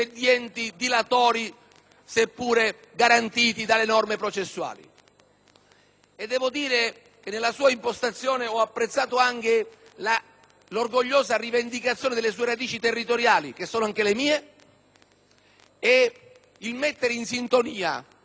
processuali. Nella sua impostazione ho apprezzato anche l'orgogliosa rivendicazione delle sue radici territoriali, che sono anche le mie, ed il mettere in sintonia l'azione decisa, ancor più decisa di contrasto alla criminalità organizzata,